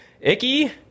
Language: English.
Icky